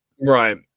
Right